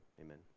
amen